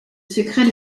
secrets